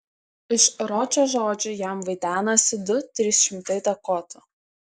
iš ročo žodžių jam vaidenasi du trys šimtai dakotų